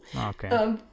okay